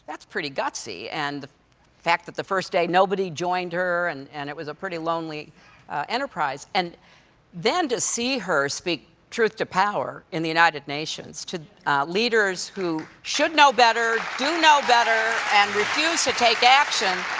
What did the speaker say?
that's pretty gutsy, and the fact that the first day nobody joined her and and it was a pretty lonely enterprise, and then to see her speak truth to power in the united nations, to leaders who should know better, do know better and refuse to take action,